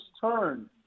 turn